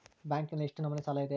ಬ್ಯಾಂಕಿನಲ್ಲಿ ಎಷ್ಟು ನಮೂನೆ ಸಾಲ ಇದೆ?